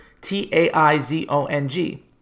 T-A-I-Z-O-N-G